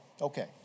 okay